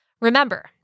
Remember